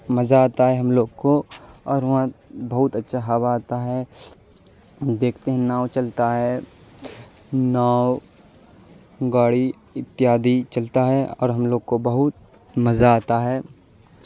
مزہ آتا ہے ہم لوگ کو اور وہاں بہت اچھا ہوا آتا ہے دیکھتے ہیں ناؤ چلتا ہے ناؤ گاڑی اتیادی چلتا ہے اور ہم لوگ کو بہت مزہ آتا ہے